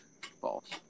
False